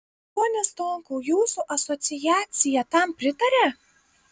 pone stonkau jūsų asociacija tam pritaria